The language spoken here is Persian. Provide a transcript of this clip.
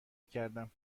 کردم